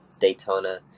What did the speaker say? Daytona